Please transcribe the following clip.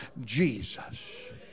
Jesus